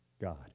God